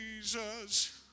Jesus